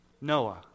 Noah